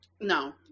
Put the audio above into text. No